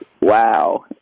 Wow